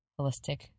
holistic